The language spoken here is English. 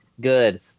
good